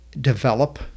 develop